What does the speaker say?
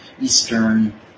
eastern